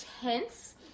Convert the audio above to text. tense